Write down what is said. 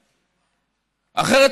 אחרת,